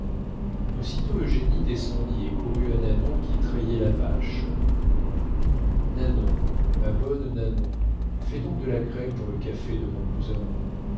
aussitôt eugénie descendit et courut à nanon qui trayait la vache nanon ma bonne nanon fais donc de la crème pour le café de mon cousin